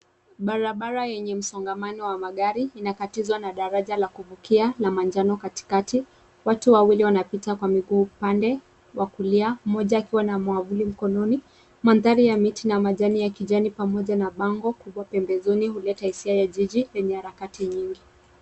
Barabara yenye msongamano wa magari inakatizwa na daraja la kuvukia la manjano katikati, watu wawili wanapita kwa miguu upande wa kulia mmoja akiwa na mwavuli mkononi. Mandhari ya miti na ya majani ya kijani pamoja na bango kubwa pembezoni huleta hisia ya jiji yenye harakati nyingi.